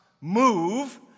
move